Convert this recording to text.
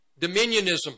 Dominionism